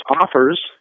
offers